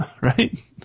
Right